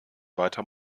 weiter